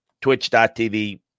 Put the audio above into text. twitch.tv